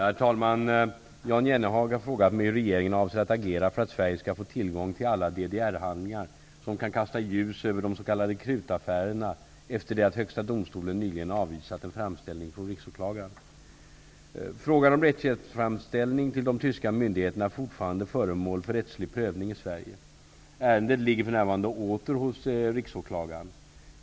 Herr talman! Jan Jennehag har frågat mig hur regeringen avser att agera för att Sverige skall få tillgång till alla DDR-handlingar som kan kasta ljus över de s.k. krutaffärerna efter det att Högsta domstolen nyligen avvisat en framställning från Frågan om en rättshjälpsframställning till de tyska myndigheterna är fortfarande föremål för rättslig prövning i Sverige. Ärendet ligger för närvarande åter hos Riksåklagaren.